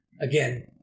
again